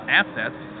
assets